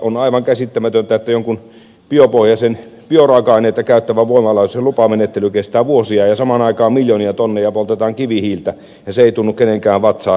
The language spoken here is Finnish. on aivan käsittämätöntä että jonkun bioraaka aineita käyttävän voimalaitoksen lupamenettely kestää vuosia ja samaan aikaan miljoonia tonneja poltetaan kivihiiltä ja se ei tunnu kenenkään vatsaa närästävän